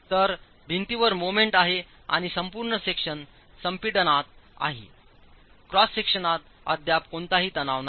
तर भिंतीवर मोमेंट आहे आणि संपूर्ण सेक्शन संपीडनात आहे क्रॉस सेक्शनात अद्याप कोणताही तणाव नाही